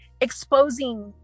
exposing